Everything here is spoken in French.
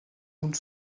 une